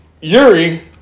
Yuri